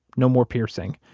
no more piercing.